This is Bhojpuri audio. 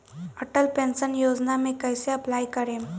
अटल पेंशन योजना मे कैसे अप्लाई करेम?